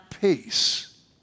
peace